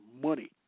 money